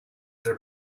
their